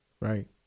Right